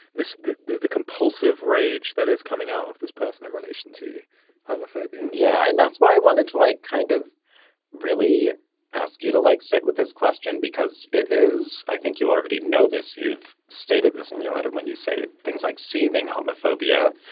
this is the compulsive rage that is coming out of this person in relation to homophobia and yeah. and that's why i wanted to like kind of really ask you to, like, stick with this question, because it is i think you already know this. you've stated this in your letter when you say things like seething homophobia.